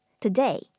Today